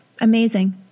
Amazing